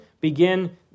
begin